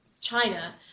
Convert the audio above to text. China